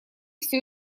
все